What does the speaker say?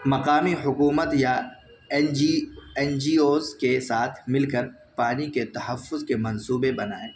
مقامی حکومت یا L G N G Os کے ساتھ مل کر پانی کے تحفظ کے منصوبے بنائیں